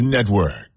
Network